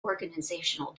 organisational